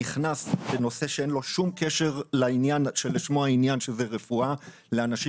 נכנס כנושא שאין לו שום קשר לעניין ששמו רפואה לאנשים